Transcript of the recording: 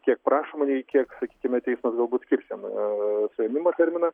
kiek prašoma nei kiek sakykime teismas galbūt skirs jam suėmimo terminą